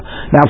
Now